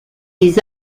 des